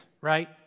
right